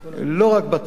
לא רק בתואר הראשון,